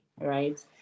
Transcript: right